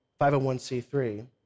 501c3